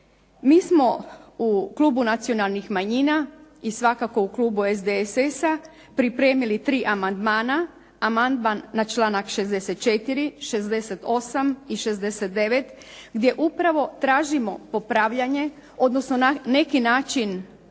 Mi smo u klubu nacionalnih manjina i svakako u klubu SDSS-a pripremili tri amandman, amandman na članak 64., 68. i 69. gdje upravo tražimo popravljanje odnosno na neki način